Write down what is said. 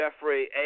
Jeffrey